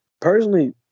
personally